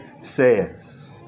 says